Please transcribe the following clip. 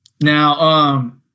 Now